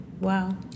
Wow